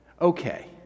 Okay